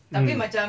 mm